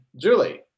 Julie